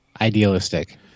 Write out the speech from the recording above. idealistic